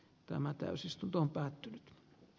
tämä täysistuntoon päättynyt